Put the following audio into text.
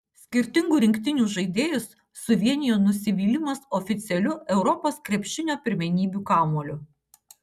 skirtingų rinktinių žaidėjus suvienijo nusivylimas oficialiu europos krepšinio pirmenybių kamuoliu